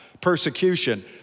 persecution